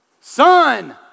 Son